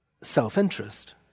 self-interest